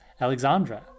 alexandra